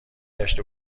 گشت